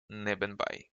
nebenbei